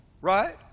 Right